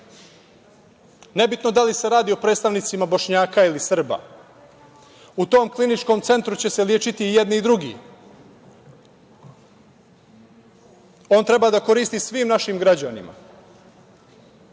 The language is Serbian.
Nebitno da li se radi o predstavnicima Bošnjaka ili Srba, u tom kliničkom centru će se lečiti i jedni i drugi. On treba da koristi svim našim građanima.